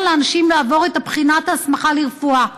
לאנשים לעבור את בחינת ההסמכה לרפואה.